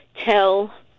tell